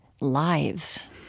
lives